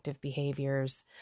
behaviors